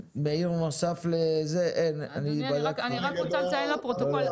אני רק רוצה לציין לפרוטוקול.